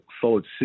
solid